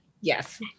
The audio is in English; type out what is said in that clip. yes